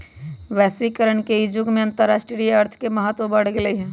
वैश्वीकरण के इ जुग में अंतरराष्ट्रीय अर्थ के महत्व बढ़ गेल हइ